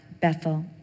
Bethel